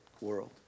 world